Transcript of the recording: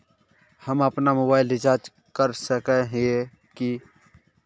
हम अपना mobile recharge कर सकय हिये की?